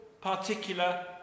particular